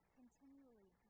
continually